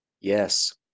yes